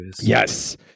Yes